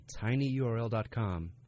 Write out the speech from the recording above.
tinyurl.com